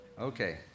Okay